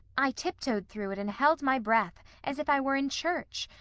i tiptoed through it and held my breath, as if i were in church,